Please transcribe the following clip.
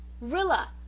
Rilla